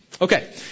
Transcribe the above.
Okay